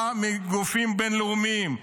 בא מגופים בין-לאומיים,